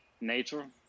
Nature